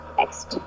next